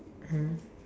hmm